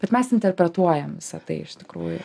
bet mes interpretuojam visą tai iš tikrųjų